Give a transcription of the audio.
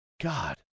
God